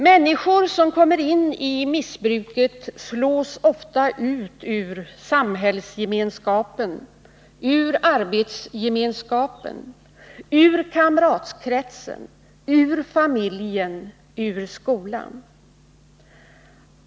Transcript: Människor som kommer in i missbruket slås ofta ut ur samhällsgemenskapen, ur arbetsgemenskapen, ur kamratkretsen, ur familjen, ur skolan.